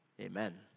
amen